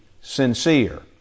sincere